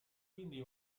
quindi